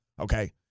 okay